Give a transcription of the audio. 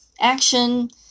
action